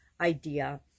idea